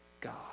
God